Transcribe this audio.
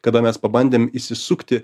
kada mes pabandėm įsisukti